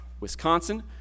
Wisconsin